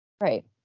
Right